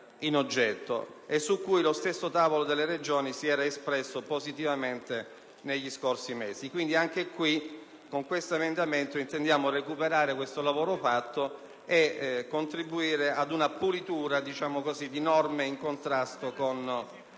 e su cui lo stesso tavolo delle Regioni si era espresso positivamente negli scorsi mesi. Dunque, con questo emendamento intendiamo recuperare questo lavoro e contribuire ad una «pulitura» delle norme in contrasto con la